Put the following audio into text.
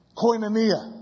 koinonia